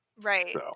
Right